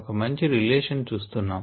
ఒక మంచి రిలేషన్ చూస్తున్నాం